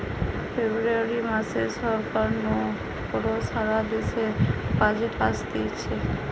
ফেব্রুয়ারী মাসে সরকার নু বড় সারা দেশের বাজেট অসতিছে